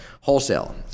Wholesale